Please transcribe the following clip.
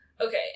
Okay